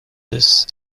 this